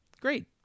Great